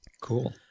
Cool